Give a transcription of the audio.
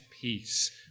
peace